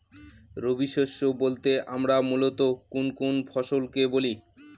রবি শস্য বলতে আমরা মূলত কোন কোন ফসল কে বলি?